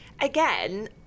Again